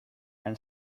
and